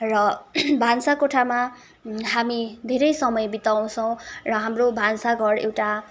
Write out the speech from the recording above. र भान्साकोठामा हामी धेरै समय बिताउँछौँ र हाम्रो भान्साघर एउटा